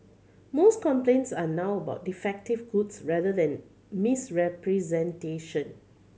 most complaints are now about defective goods rather than misrepresentation